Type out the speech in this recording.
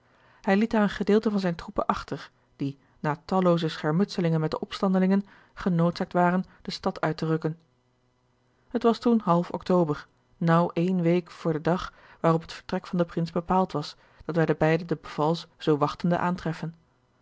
hij liet daar een gedeelte van zijne troepen achter die na tallooze schermutselingen met de opstandelingen genoodzaakt waren de stad uit te rukken george een ongeluksvogel het was toen half october naauw eene week vr den dag waarop het vertrek van den prins bepaald was dat wij de beide de bevals zoo wachtende aantreffen